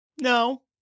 No